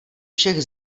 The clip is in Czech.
všech